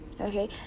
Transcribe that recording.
okay